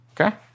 okay